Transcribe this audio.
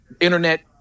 internet